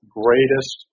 greatest